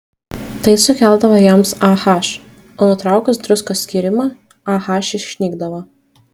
tai sukeldavo jiems ah o nutraukus druskos skyrimą ah išnykdavo